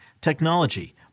technology